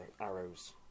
arrows